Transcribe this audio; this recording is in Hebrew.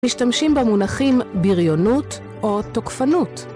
משתמשים במונחים בריונות או תוקפנות.